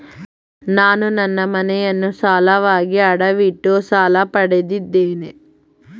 ನಾನು ನನ್ನ ಮನೆಯನ್ನು ಸಾಲವಾಗಿ ಅಡವಿಟ್ಟು ಸಾಲ ಪಡೆದಿದ್ದೇನೆ